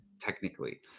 technically